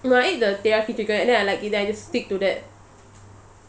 no I ate the teriyaki chicken and then I like it then I just stick to that